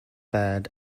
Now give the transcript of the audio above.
bad